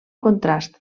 contrast